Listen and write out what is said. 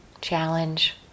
challenge